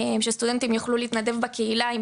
שסטודנטים יקבלו ברגע שהם יוכלו להתנדב בקהילה עם